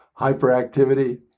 Hyperactivity